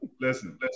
Listen